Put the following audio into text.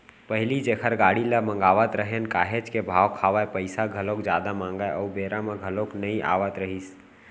पहिली जेखर गाड़ी ल मगावत रहेन काहेच के भाव खावय, पइसा घलोक जादा मांगय अउ बेरा म घलोक नइ आवत रहिस